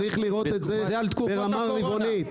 צריך לראות את זה ברמה רבעונית.